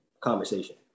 conversation